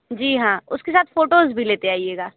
जी हाँ उसके साथ फ़ोटोस भी लेते आइएगा